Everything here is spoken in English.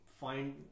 find